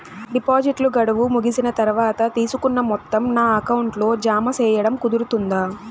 డిపాజిట్లు గడువు ముగిసిన తర్వాత, తీసుకున్న మొత్తం నా అకౌంట్ లో జామ సేయడం కుదురుతుందా?